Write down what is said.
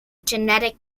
genetic